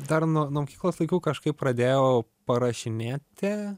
dar nuo nuo mokyklos laikų kažkaip pradėjau parašinėti